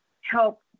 help